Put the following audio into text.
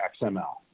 XML